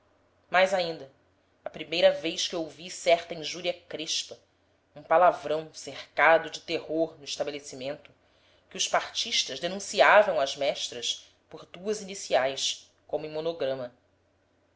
mais ainda a primeira vez que ouvi certa injúria crespa um palavrão cercado de terror no estabelecimento que os partistas denunciavam às mestras por duas iniciais como em monograma